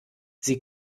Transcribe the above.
sie